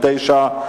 9)